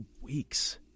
weeks